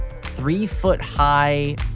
three-foot-high